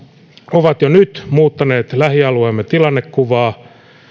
ovat jo nyt muuttaneet lähialueemme tilannekuvaa